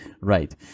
right